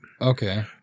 Okay